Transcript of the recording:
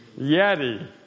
Yeti